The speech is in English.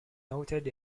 noted